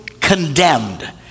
condemned